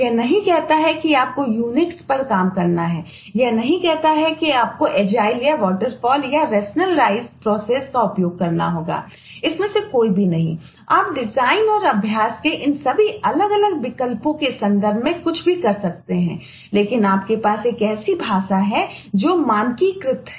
यह नहीं कहता है कि आपको C या जावा में है